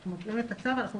אנחנו מקריאים את הצו בנוסח